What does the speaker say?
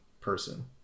person